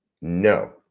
No